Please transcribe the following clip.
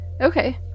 Okay